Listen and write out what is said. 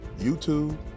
YouTube